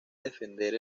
defender